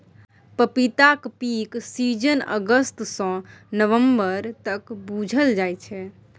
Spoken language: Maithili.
पपीताक पीक सीजन अगस्त सँ नबंबर तक बुझल जाइ छै